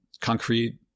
concrete